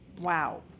Wow